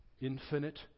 Infinite